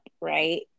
right